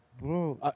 Bro